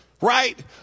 right